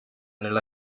nella